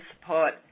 support